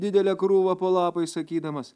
didelę krūvą po lapais sakydamas